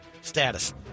status